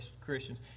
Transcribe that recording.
Christians